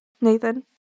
Nathan